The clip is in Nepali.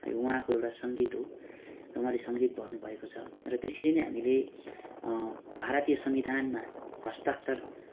उहाँको एउटा सङ्गीत हो र उहाँले सङ्गीत भर्नु भएको छ त्यसरी नै हामीले भारतीय संविधानमा हस्ताक्षर